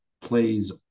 plays